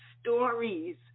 stories